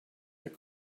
the